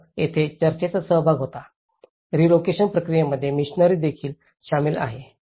तर येथे चर्चचा सहभाग होता रिलोकेशन प्रक्रियेमध्ये मिशनरी देखील सामील आहे